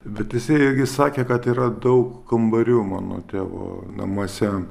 bet jisai irgi sakė kad yra daug kambarių mano tėvo namuose